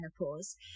menopause